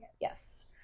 Yes